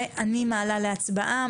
אני מעלה להצבעה.